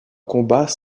combats